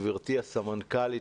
גברתי הסמנכ"לית,